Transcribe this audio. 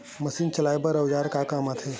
Machine चलाए बर औजार का काम आथे?